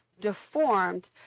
deformed